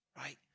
right